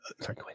Sorry